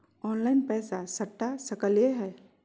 Online पैसा सटा सकलिय है?